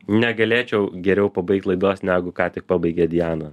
negalėčiau geriau pabaigt laidos negu ką tik pabaigė diana